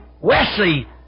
Wesley